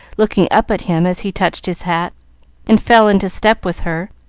looking up at him as he touched his hat and fell into step with her,